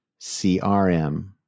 CRM